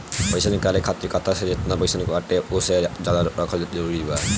पईसा निकाले खातिर खाता मे जेतना पईसा बाटे ओसे ज्यादा रखल जरूरी बा?